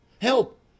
help